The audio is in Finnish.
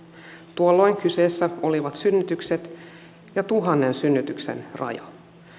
tuolloin kyseessä olivat synnytykset ja tuhannen synnytyksen raja